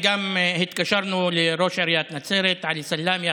התקשרנו לראש עיריית נצרת עלי סלאמי,